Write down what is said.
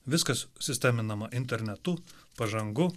viskas sisteminama internetu pažangu